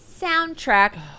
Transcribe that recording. soundtrack